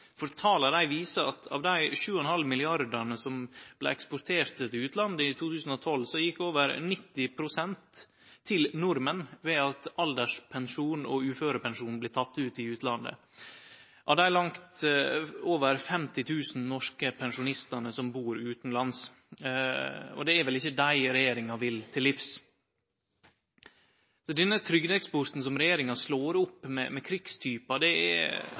viser at av dei 7,5 mrd. kr som vart eksporterte til utlandet i 2012, gjekk over 90 pst. til nordmenn, ved at alderspensjon og uførepensjon blir tekne ut i utlandet av dei langt over 50 000 norske pensjonistane som bur utanlands. Det er vel ikkje dei regjeringa vil til livs. Denne trygdeeksporten som regjeringa slår opp med krigstypar, er sånn som eg ser det,